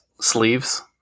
sleeves